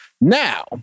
Now